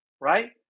right